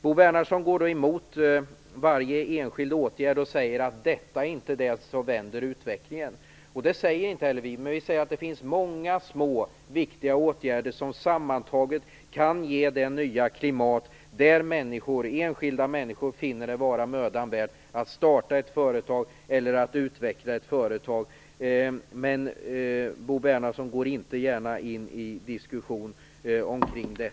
Bo Bernhardsson går emot varje enskild åtgärd och säger att det inte är fråga om något som vänder utvecklingen. Det säger vi inte heller. Däremot säger vi att det finns många små men viktiga åtgärder som sammantaget kan ge det nya klimat där enskilda människor finner det mödan värt att starta eller att utveckla ett företag. Men Bo Bernhardsson går inte gärna in i en diskussion om det.